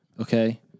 Okay